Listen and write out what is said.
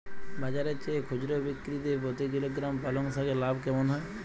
বাজারের চেয়ে খুচরো বিক্রিতে প্রতি কিলোগ্রাম পালং শাকে লাভ কেমন হয়?